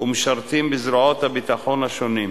ומשרתים בזרועות הביטחון השונות.